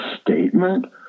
statement